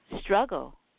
struggle